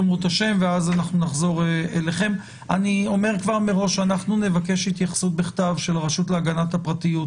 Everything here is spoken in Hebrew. אני אומר כבר מראש שאנחנו נבקש התייחסות בכתב של הרשות להגנת הפרטיות